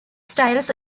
styles